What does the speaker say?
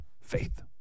Faith